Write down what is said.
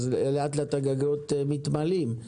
אז לאט לאט הגגות מתמלאים,